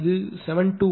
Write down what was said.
எனவே இது 725